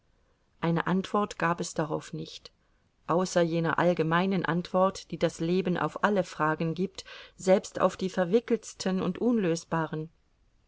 eine antwort gab es darauf nicht außer jener allgemeinen antwort die das leben auf alle fragen gibt selbst auf die verwickeltsten und unlösbaren